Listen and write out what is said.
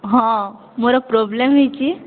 ହଁ ମୋର ପ୍ରୋବ୍ଲେମ୍ ହେଇଛି